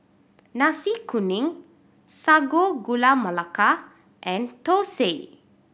Nasi Kuning Sago Gula Melaka and thosai